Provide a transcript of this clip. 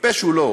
טיפש הוא לא.